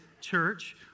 Church